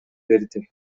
берди